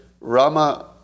Rama